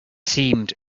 seemed